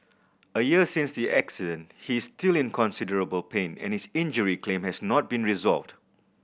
a year since the accident he is still in considerable pain and his injury claim has not been resolved